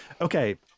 Okay